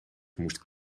moest